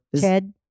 Ted